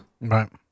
Right